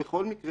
בכל מקרה,